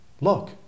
look